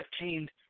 obtained